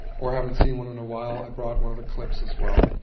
or haven't seen one in a while, i brought one of the clips as well.